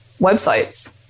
websites